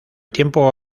tiempo